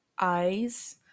eyes